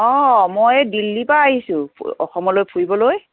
অঁ মই এই দিল্লীৰ পৰা আহিছোঁ অসমলৈ ফুৰিবলৈ